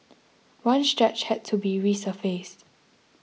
one stretch had to be resurfaced